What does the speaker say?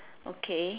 okay